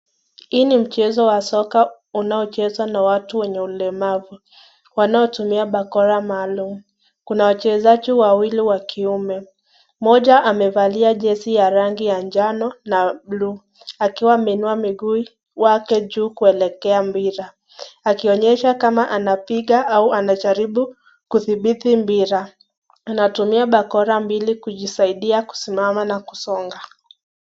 Hii ni mchezo wa soka unaochezwa na watu wenye ulemavu, wanaotumia bakora maalum. Kuna wachezaji wawili wa kiume moja amevalia jezi ya rangi ya njano na blue akiwa ameinua miguu yake juu kuelekea mpira akionyesha kama anapiga au anajaribu kudhibiti mpira. Anatumia bakora ili kujisaidia kusimama na kusonga.